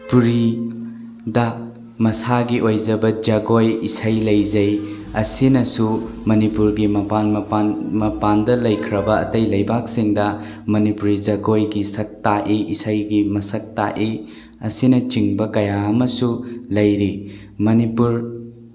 ꯗ ꯃꯁꯥꯒꯤ ꯑꯣꯏꯖꯕ ꯖꯒꯣꯏ ꯏꯁꯩ ꯂꯩꯖꯩ ꯑꯁꯤꯅꯁꯨ ꯃꯅꯤꯄꯨꯔꯒꯤ ꯃꯄꯥꯟ ꯃꯄꯥꯟ ꯃꯄꯥꯟꯗ ꯂꯩꯈ꯭ꯔꯕ ꯑꯇꯩ ꯂꯩꯕꯥꯛꯁꯤꯡꯗ ꯃꯅꯤꯄꯨꯔꯤ ꯖꯒꯣꯏꯒꯤ ꯁꯛ ꯇꯥꯛꯏ ꯏꯁꯩꯒꯤ ꯃꯁꯛ ꯇꯥꯛꯏ ꯑꯁꯤꯅꯆꯤꯡꯕ ꯀꯌꯥ ꯑꯃꯁꯨ ꯂꯩꯔꯤ ꯃꯅꯤꯄꯨꯔ